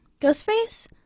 Ghostface